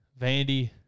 Vandy